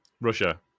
Russia